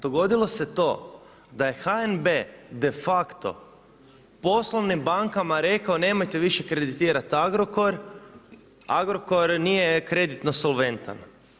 Dogodilo se to da je HNB de facto poslovnim bankama rekao nemojte više kreditirati Agrokor, Agrokor nije kreditno solventan.